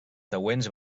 següents